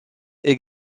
est